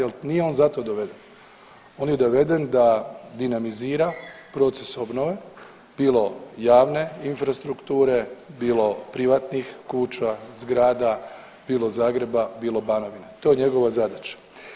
Ali nije on za to doveden, on je doveden da dinamizira proces obnove, bilo javne infrastrukture, bilo privatnih kuća, zgrada, bilo Zagreba, bilo Banovine to je njegova zadaća.